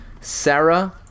Sarah